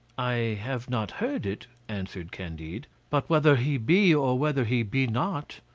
i have not heard it, answered candide but whether he be, or whether he be not,